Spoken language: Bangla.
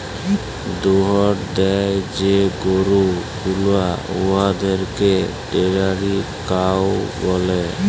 দুহুদ দেয় যে গরু গুলা উয়াদেরকে ডেয়ারি কাউ ব্যলে